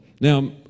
Now